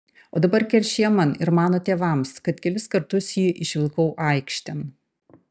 o dabar keršija man ir mano tėvams kad kelis kartus jį išvilkau aikštėn